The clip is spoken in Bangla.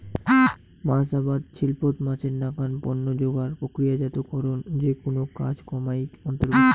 মাছ আবাদ শিল্পত মাছের নাকান পণ্য যোগার, প্রক্রিয়াজাতকরণ যেকুনো কাজ কামাই অন্তর্ভুক্ত